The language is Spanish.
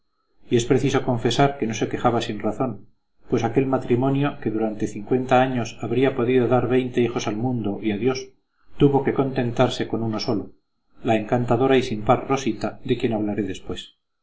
y es preciso confesar que no se quejaba sin razón pues aquel matrimonio que durante cincuenta años habría podido dar veinte hijos al mundo y a dios tuvo que contentarse con uno solo la encantadora y sin par rosita de quien hablaré después